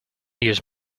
use